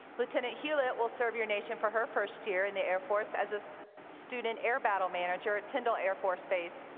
lieutenant hulett will serve your nation for her first year in the air force as a student air battle manager at tyndall air force base,